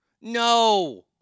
No